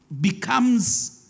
Becomes